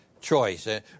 choice